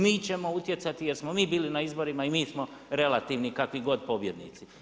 Mi ćemo utjecati, jer smo mi bili na izborima i mi smo relativni, kakvi god pobjednici.